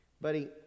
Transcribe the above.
Buddy